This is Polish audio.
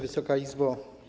Wysoka Izbo!